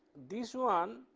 this one,